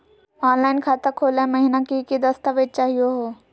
Online खाता खोलै महिना की की दस्तावेज चाहीयो हो?